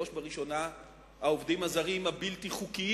בראש ובראשונה העובדים הזרים הבלתי-חוקיים,